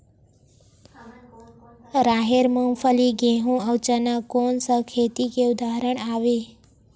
राहेर, मूंगफली, गेहूं, अउ चना कोन सा खेती के उदाहरण आवे?